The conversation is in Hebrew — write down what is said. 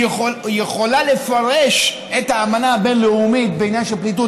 היא יכולה לפרש את האמנה הבין-לאומית בעניין של פליטות.